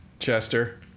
Chester